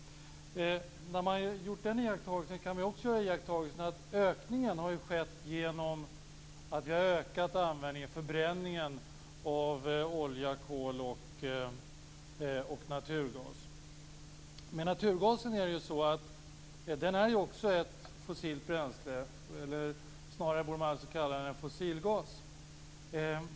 När man har gjort den iakttagelsen, kan man också göra iakttagelsen att ökningen har skett genom att vi har ökat användningen, förbränningen, av olja, kol och naturgas. Naturgasen är också ett fossilt bränsle. Men man borde snarare kalla den fossilgas.